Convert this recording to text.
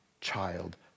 child